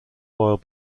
royal